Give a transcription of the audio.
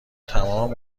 تمام